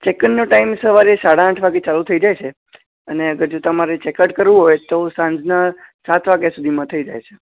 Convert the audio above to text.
ચેકઈનનો time સવારનો સાડા આઠ વાગે ચાલું થઇ જાય છે અને જો તમારે ચેકઆઉટ કરવું હોય તો સાંજના સાત વાગ્યા સુધીમાં થઇ જાય છે